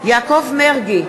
יעקב מרגי,